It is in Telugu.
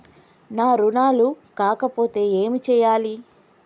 నా రుణాలు కాకపోతే ఏమి చేయాలి?